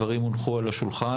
הדברים הונחו על השולחן.